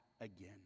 again